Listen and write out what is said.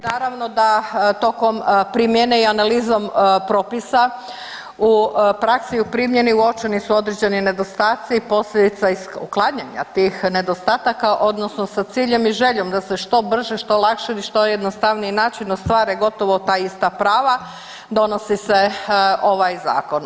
Naravno da tokom primjene i analizom propisa, u praksi, u primjeni uočeni su određeni nedostaci i posljedica uklanjanja tih nedostataka odnosno sa ciljem i željom da se što brže, što lakše i što jednostavniji način ostvare gotovo ta ista prava, donosi se ovaj zakon.